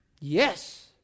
Yes